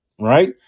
right